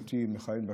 מאז היותי מכהן בכנסת,